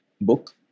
book